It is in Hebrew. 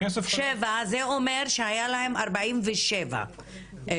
זה אומר שהיו להם 47 מיליון.